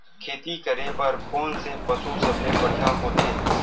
खेती करे बर कोन से पशु सबले बढ़िया होथे?